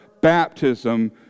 baptism